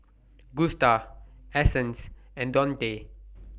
Gusta Essence and Dontae